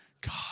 God